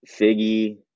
Figgy